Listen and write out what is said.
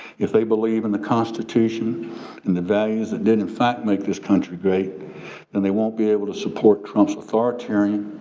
if they believe in the constitution and the values that did in fact make this country great then they won't be able to support trump authoritarian,